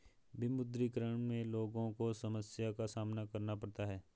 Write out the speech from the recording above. विमुद्रीकरण में लोगो को समस्या का सामना करना पड़ता है